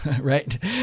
right